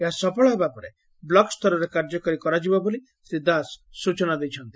ଏହା ସଫଳ ହେବା ପରେ ବ୍ଲକସ୍ତରରେ କାଯ୍ୟକାରୀ କରାଯିବ ବୋଲି ଶ୍ରୀ ଦାସ ସ୍ୟଚନା ଦେଇଛନ୍ତି